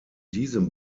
diesem